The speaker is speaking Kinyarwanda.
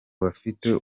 bafite